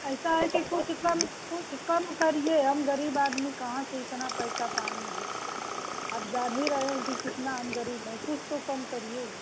ऐइसा है कि कुछ कम कुछ कम करिए हम गरीब आदमी कहाँ से इतना पैसा पाएँगे आप जान ही रहे हैं कि कितना हम गरीब हैं कुछ तो कम करिए